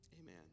Amen